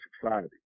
society